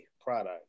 product